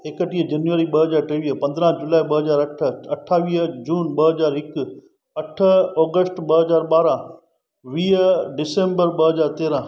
एकटीह जनवरी ॿ हज़ार टेवीह पंदरहां जुलाई ॿ हज़ार अठ अठावीह जून ॿ हज़ार हिकु अठ ओगस्ट ॿ हज़ार ॿारहां वीह डिसंबर ॿ हज़ार तेरहां